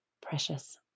precious